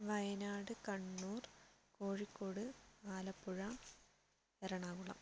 Wayanad Kannur Kozhikode Alappuzha Ernakulam